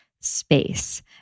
space